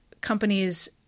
companies